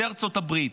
וזה ארצות הברית.